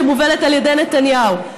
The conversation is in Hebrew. שמובלת על ידי נתניהו,